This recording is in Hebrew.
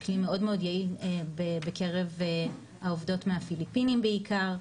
כלי מאוד מאוד יעיל בקרב העובדות מהפיליפינים בעיקר.